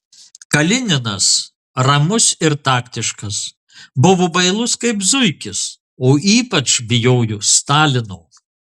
kalininas ramus ir taktiškas buvo bailus kaip zuikis o ypač bijojo stalino